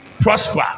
prosper